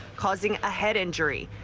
causing a head injury.